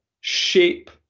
shape